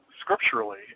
scripturally